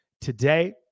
today